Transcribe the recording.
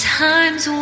times